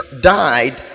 died